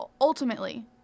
Ultimately